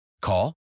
Call